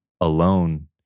alone